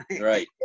right